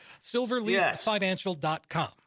silverleaffinancial.com